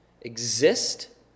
exist